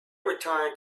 returned